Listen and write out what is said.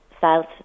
south